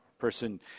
person